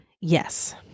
Yes